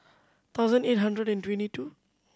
thousand eight hundred and twenty two